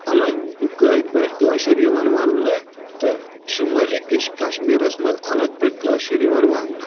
الگ پٲٹھۍ کٲشُر یِوان وننہٕ تہٕ شُمٲلی کٔش کشمیٖرس منٛز الگ پٲٹھۍ کٲشُر یِوان وننہٕ